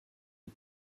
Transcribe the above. die